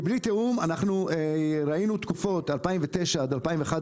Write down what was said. כי בלי תיאום אנחנו ראינו תקופות, למשל 2009-2011,